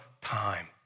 time